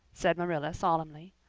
said marilla solemnly,